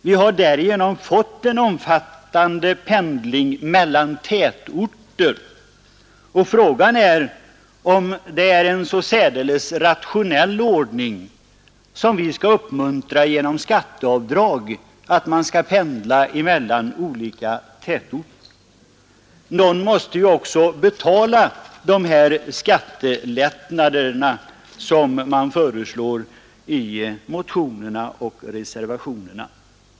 Vi har därigenom fått en omfattande pendling mellan tätorter, och frågan är om det är en så särdeles rationell ordning, som vi skall uppmuntra genom skatteavdrag, att man pendlar mellan olika tätorter. Någon måste ju också betala de skattelättnader som föreslås i motionerna och i reservationen.